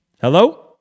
hello